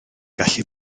gallu